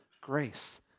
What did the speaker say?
grace